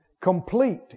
complete